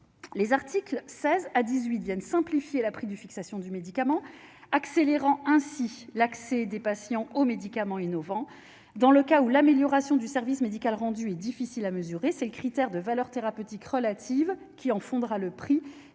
les articles 16 à 18 Vienne simplifier la prix du fixation du médicament, accélérant ainsi l'accès des patients aux médicament innovant dans le cas où l'amélioration du service médical rendu est difficile à mesurer, c'est le critère de valeur thérapeutique relative qu'il en faudra le prix